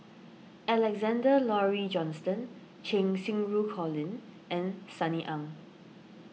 Alexander Laurie Johnston Cheng Xinru Colin and Sunny Ang